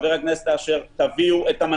חבר הכנסת אשר,